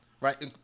right